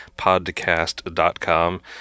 podcast.com